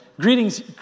greetings